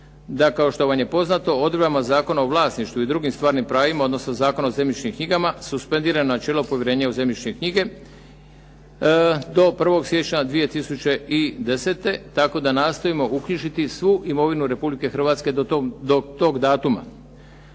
da kao što vam je poznato odredbama Zakona o vlasništvu, i drugim stvarnima pravima odnosno Zakona o zemljišnim knjigama suspendirano je načelo povjerenja u zemljišne knjige do 1. siječnja 2010. tako da nastojimo uknjižiti svu imovinu Republike Hrvatske do tog datuma.